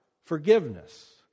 forgiveness